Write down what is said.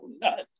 nuts